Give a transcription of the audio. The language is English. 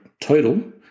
total